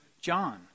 John